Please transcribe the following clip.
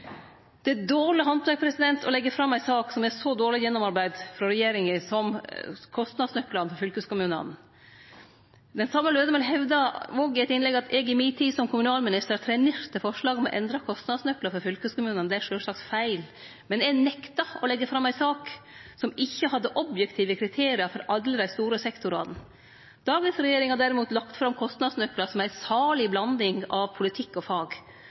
Det er dårleg handverk å leggje fram ei sak som er så dårleg gjennomarbeidd frå regjeringa som det kostnadsnøklane til fylkeskommunane er. Den same representanten hevdar òg at eg i mi tid som kommunalminister trenerte forslaget om å endre kostnadsnøklane for fylkeskommunane. Det er sjølvsagt feil. Men eg nekta å leggje fram ei sak som ikkje hadde objektive kriterium for alle dei store sektorane. Dagens regjering har derimot lagt fram kostnadsnøklar som er ei saleg blanding av politikk og fag.